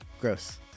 gross